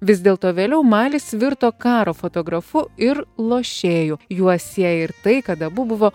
vis dėlto vėliau malis virto karo fotografu ir lošėju juos sieja ir tai kad abu buvo